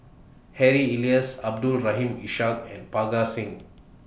Harry Elias Abdul Rahim Ishak and Parga Singh